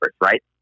right